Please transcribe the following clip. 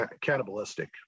cannibalistic